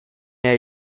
era